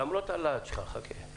עם כל הלהט שלך -- אני